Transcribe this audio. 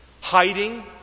Hiding